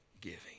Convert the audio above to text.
giving